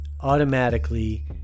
automatically